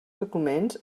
documents